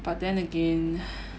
but then again